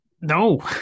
No